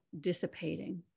dissipating